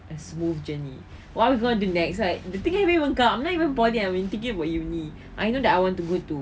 a smooth journey what am I going to do next like the thing won't even come don't even bother and I'm thinking about uni I know that I want to go to